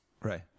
Right